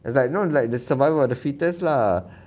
it's like you know like the survival of the fittest lah